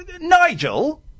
Nigel